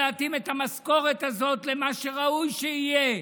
המשכורת הזו למה שראוי שתהיה.